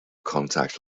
contact